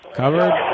covered